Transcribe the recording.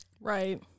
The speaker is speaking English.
Right